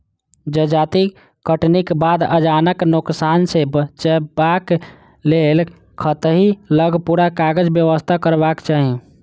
जजाति कटनीक बाद अनाजक नोकसान सॅ बचबाक लेल खेतहि लग पूरा काजक व्यवस्था करबाक चाही